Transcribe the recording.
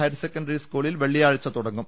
higher secondary സ്കൂളിൽ വെള്ളിയാഴ്ച തുടങ്ങും